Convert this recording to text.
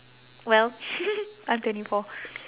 well I'm twenty four